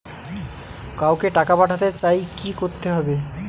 কাউকে টাকা পাঠাতে চাই কি করতে হবে?